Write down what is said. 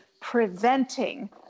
preventing